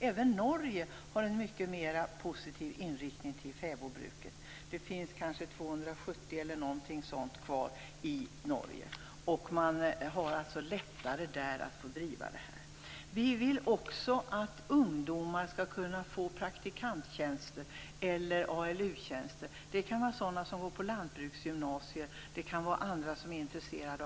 Även Norge har en mycket mer positiv inriktning till fäbodbruket. Det finns 2 500 3 000 fäbodar kvar i bruk i Norge. Det går lättare att driva detta bruk där. Miljöpartiet vill att ungdomar skall kunna få praktikanttjänster eller ALU-tjänster på fäbodar. Det kan gälla ungdomar som går på lantbruksgymnasier eller andra intresserade.